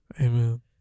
Amen